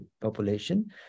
population